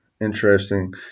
interesting